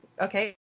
Okay